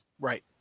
Right